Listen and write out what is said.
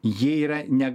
jie yra ne